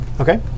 Okay